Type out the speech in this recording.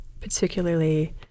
particularly